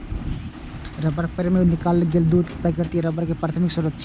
रबड़क पेड़ सं निकालल गेल दूध प्राकृतिक रबड़ के प्राथमिक स्रोत होइ छै